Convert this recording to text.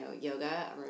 yoga